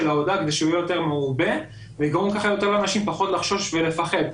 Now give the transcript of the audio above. ההודעה כדי שהוא יהיה יותר מעובה ויגרום לאנשים פחות לחשוש ולפחד.